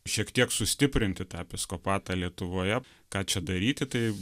šiek tiek sustiprinti tą episkopatą lietuvoje ką čia daryti tai